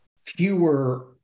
fewer